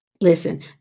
Listen